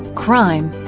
crime,